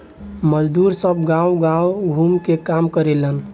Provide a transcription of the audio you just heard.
मजदुर सब गांव गाव घूम के काम करेलेन